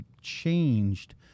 changed